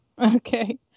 Okay